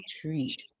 treat